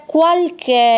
qualche